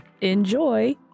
Enjoy